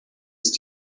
ist